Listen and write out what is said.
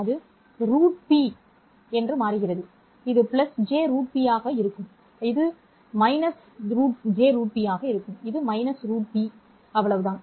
அது √P களாகிறது இது j√P களாக இருக்கும் அது j√P கள் இது √P கள் அவ்வளவுதான்